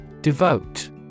Devote